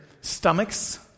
stomachs